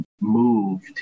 moved